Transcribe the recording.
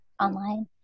online